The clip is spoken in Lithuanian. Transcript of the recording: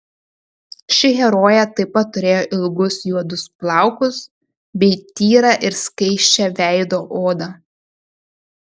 ši herojė taip pat turėjo ilgus juodus plaukus bei tyrą ir skaisčią veido odą